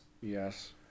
Yes